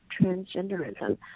transgenderism